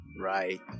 Right